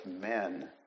men